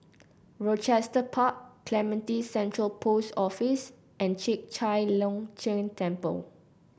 Rochester Park Clementi Central Post Office and Chek Chai Long Chuen Temple